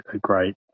great